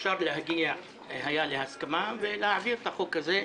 אפשר היה להגיע להסכמה ולהעביר את החוק הזה,